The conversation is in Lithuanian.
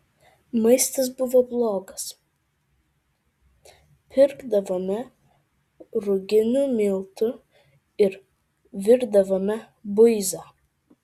maistas buvo blogas pirkdavome ruginių miltų ir virdavome buizą